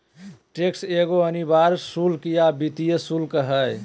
tax एगो अनिवार्य शुल्क या वित्तीय शुल्क हइ